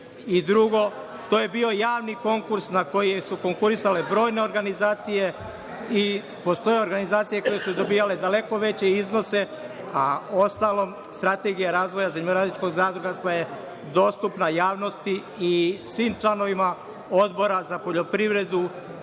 To je bio javni konkurs na koji su konkurisale brojne organizacije. Postoje organizacije koje su dobijale daleko veće iznose, a u ostalom Strategija razvoja zemljoradničkog zadrugarstva je dostupna javnosti i svim članovima Odbora za poljoprivredu,